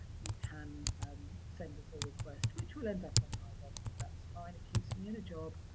you can send us a request, which will end up on my desk. but, that's fine, it keeps me in a job.